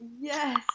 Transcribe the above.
Yes